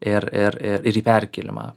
ir ir ir į perkėlimą